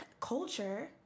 culture